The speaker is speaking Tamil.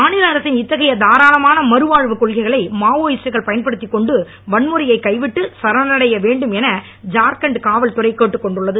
மா நில அரசின் இத்தகைய தாராளமான மறுவாழ்வு கொள்கைகளை மாவோயிஸ்ட்டுகள் பயன்படுத்திக் கொண்டு வன்முறையை கைவிட்டு சரணடைய வேண்டும் என ஜார்க்கண்ட் காவல்துறை கேட்டுக் கொண்டுள்ளது